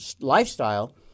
lifestyle